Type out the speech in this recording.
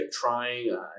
trying